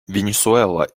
венесуэла